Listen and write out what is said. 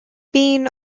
bean